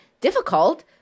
difficult